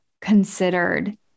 considered